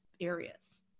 areas